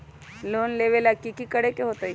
Loan लेबे ला की कि करे के होतई?